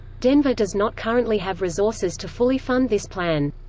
denver does not currently have resources to fully fund this plan.